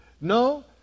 No